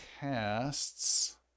casts